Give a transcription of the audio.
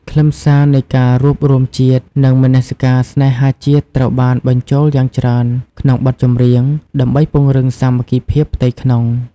ខ្លឹមសារនៃការរួបរួមជាតិ និងមនសិការស្នេហាជាតិត្រូវបានបញ្ចូលយ៉ាងច្រើនក្នុងបទចម្រៀង ដើម្បីពង្រឹងសាមគ្គីភាពផ្ទៃក្នុង។